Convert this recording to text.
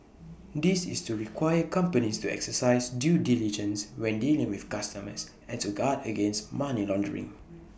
this is to require companies to exercise due diligence when dealing with customers and to guard against money laundering